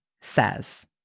says